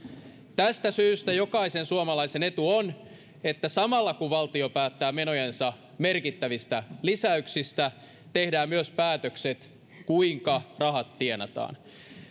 tästä syystä jokaisen suomalaisen etu on että samalla kun valtio päättää menojensa merkittävistä lisäyksistä tehdään myös päätökset kuinka rahat tienataan